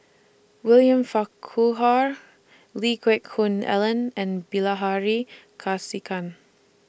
William Farquhar Lee Geck Hoon Ellen and Bilahari Kausikan